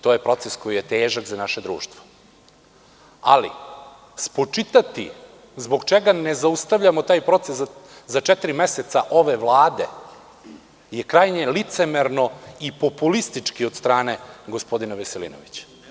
To je proces koji je težak za naše društvo, ali spočitati zbog čega ne zaustavljamo taj proces za četiri meseca ove Vlade jer krajnje licemerno i populistički od strane gospodina Veselinovića.